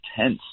tense